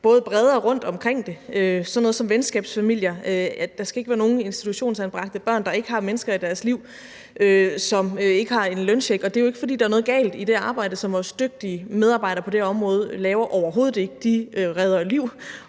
skal bredere rundt omkring det. Sådan noget som venskabsfamilier, altså at der ikke skal være nogen institutionsanbragte børn, der ikke har mennesker deres liv, som ikke har en løncheck. Og det er ikke, fordi der er noget galt i det arbejde, som vores dygtige medarbejdere på det område laver – overhovedet ikke, de redder liv